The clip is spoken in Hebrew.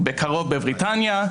ובקרוב בבריטניה,